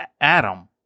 Adam